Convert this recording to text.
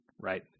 right